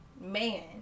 man